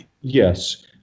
Yes